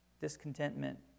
discontentment